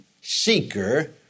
seeker